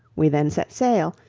we then set sail,